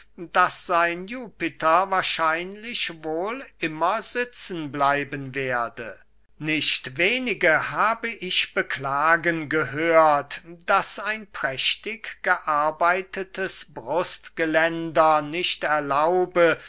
daß sein jupiter wahrscheinlich wohl immer sitzen bleiben werde nicht wenige habe ich beklagen gehört daß ein prächtig gearbeitetes brustgeländer nicht erlaube